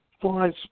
flies